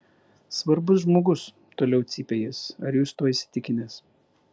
svarbus žmogus toliau cypė jis ar jūs tuo įsitikinęs